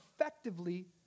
effectively